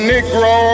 Negro